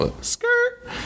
skirt